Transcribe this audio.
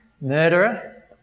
murderer